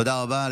תודה רבה.